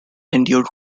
endured